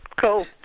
Cool